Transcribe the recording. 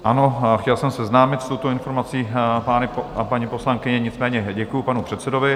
Ano, chtěl jsem seznámit s touto informací pány a paní poslankyně, nicméně děkuji panu předsedovi.